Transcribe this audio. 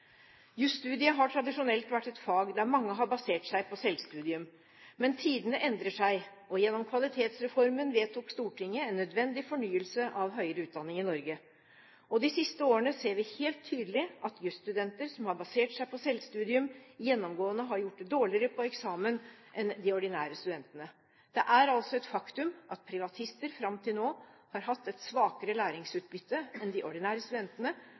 Jusstudiet har tradisjonelt vært et fag der mange har basert seg på selvstudium. Men tidene endrer seg, og gjennom Kvalitetsreformen vedtok Stortinget en nødvendig fornyelse av høyere utdanning i Norge. Og de siste årene ser vi helt tydelig at jusstudenter som har basert seg på selvstudium, gjennomgående har gjort det dårligere på eksamen enn de ordinære studentene. Det er altså et faktum at privatister fram til nå har hatt et svakere læringsutbytte enn de ordinære studentene,